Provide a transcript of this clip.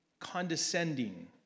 condescending